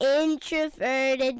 introverted